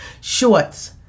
shorts